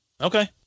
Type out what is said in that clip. Okay